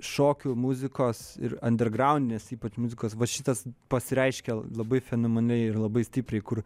šokių muzikos ir andergraudinės ypač muzikos va šitas pasireiškia labai fenomenaliai ir labai stipriai kur